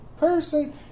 person